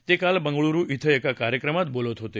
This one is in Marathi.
ते काल बंगलुरु इथं एका कार्यक्रमात बोलत होते